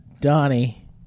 Donnie